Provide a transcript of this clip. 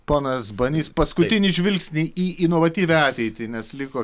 ponas banys paskutinį žvilgsnį į inovatyvią ateitį nes liko